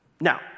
Now